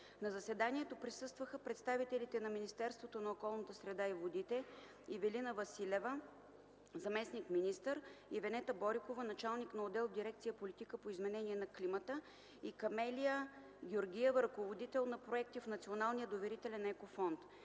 На заседанието присъстваха представителите на Министерството на околната среда и водите: Ивелина Василева – заместник–министър, Венета Борикова – началник на отдел в дирекция „Политика по изменение на климата”, и Камелия Георгиева – ръководител на проекти в Националния доверителен Еко Фонд.